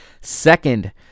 Second